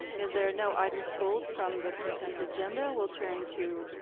because there are no items pulled from the consent agenda, we'll turn to